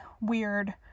weird